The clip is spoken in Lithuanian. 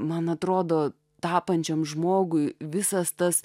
man atrodo tapančiam žmogui visas tas